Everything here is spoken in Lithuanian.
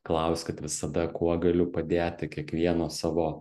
klauskit visada kuo galiu padėti kiekvieno savo